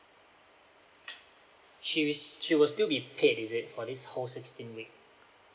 she will she will still be paid is it for this whole sixteen week